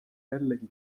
jällegi